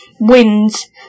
wins